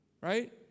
Right